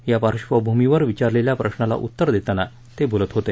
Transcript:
या पार्श्वभूमीवर विचारलेल्या प्रश्नाला उत्तर देताना ते बोलत होते